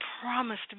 promised